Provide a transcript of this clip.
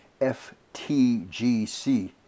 FTGC